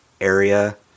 area